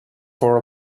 for